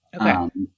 okay